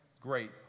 great